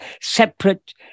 separate